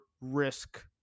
risk